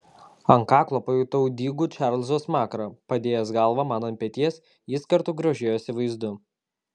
ant kaklo pajutau dygų čarlzo smakrą padėjęs galvą man ant peties jis kartu grožėjosi vaizdu